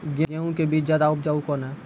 गेहूँ के बीज ज्यादा उपजाऊ कौन है?